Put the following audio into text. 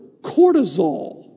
cortisol